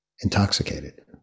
intoxicated